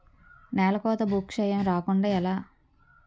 నేలకోత భూక్షయం రాకుండ ఎలా?